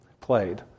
played